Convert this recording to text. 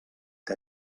que